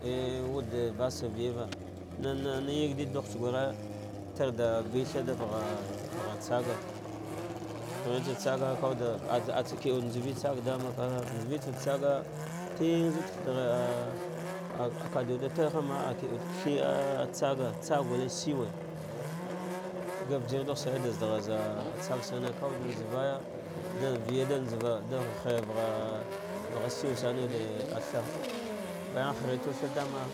A wude wessa veyeva na na yegdi ɗughtsu gure. tarɗa vei thigh da vagha vagha tsago pashe tsawude tsaga, kawudo tsa keel ngh histata ɗama nthauitsawucfe tsaga tngzude tafɗrough ab aɗaɗawaɗe farhama, veel vathhir ah tsag gulle shiwe, gallujir ɗughu san va zaola gharza ah alitsaga same kawuɗe njhavaya ɗa viya ɗa njava, ɗe vajha vagha shiwe same wude gthar bayan haretsa wuche thafana